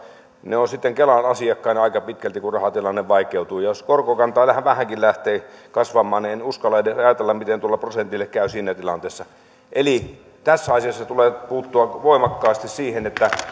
ne henkilöt ovat sitten kelan asiakkaina aika pitkälti kun rahatilanne vaikeutuu ja jos korkokanta vähänkin vähänkin lähtee kasvamaan niin en uskalla edes ajatella miten tuolle prosentille käy siinä tilanteessa eli tässä asiassa tulee puuttua voimakkaasti siihen että